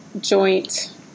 joint